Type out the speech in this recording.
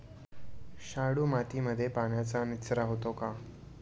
शाडू मातीमध्ये पाण्याचा निचरा होतो का?